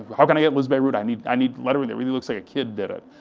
how can i get liz bierut, i need i need lettering that really looks like a kid did it,